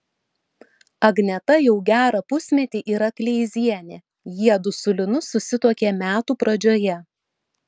agneta jau gerą pusmetį yra kleizienė jiedu su linu susituokė metų pradžioje